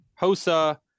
Hosa